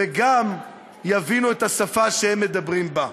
וגם יבינו את השפה שהם מדברים בה.